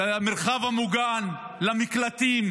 למרחב המוגן, למקלטים.